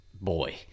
boy